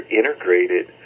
integrated